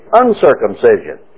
uncircumcision